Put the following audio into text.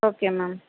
okay ma'am